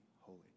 holy